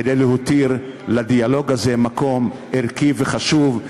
כדי להותיר לדיאלוג הזה מקום ערכי וחשוב,